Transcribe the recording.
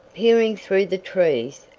peering through the trees,